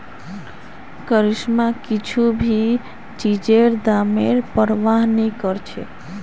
करिश्मा कुछू भी चीजेर दामेर प्रवाह नी करछेक